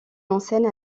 enseigne